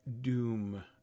doom